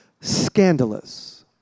scandalous